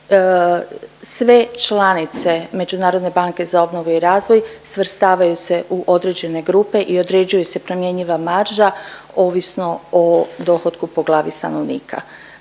sve članice Međunarodne banke za obnovu i razvoj svrstavaju se u određene grupe i određuju se promjenjiva marža ovisno o dohotku po glavi stanovnika.